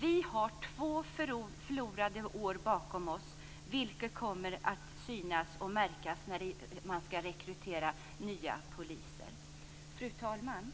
Vi har två förlorade år bakom oss, vilket kommer att synas och märkas när man skall rekrytera nya poliser. Fru talman!